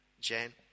Jane